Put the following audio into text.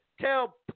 Tell